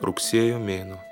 rugsėjo mėnuo